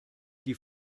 die